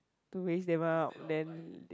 to raise them all up then